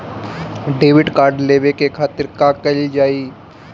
Debit card लेवे के खातिर का कइल जाइ?